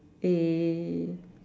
eh